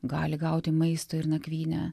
gali gauti maisto ir nakvynę